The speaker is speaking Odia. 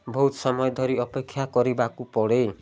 ବହୁତ ସମୟ ଧରି ଅପେକ୍ଷା କରିବାକୁ ପଡ଼େ